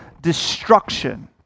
destruction